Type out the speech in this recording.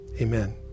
amen